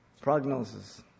prognosis